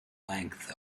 length